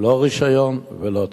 לא רשיון ולא תקציב.